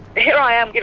here i am, you